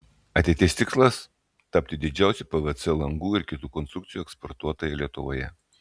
ateities tikslas tapti didžiausia pvc langų ir kitų konstrukcijų eksportuotoja lietuvoje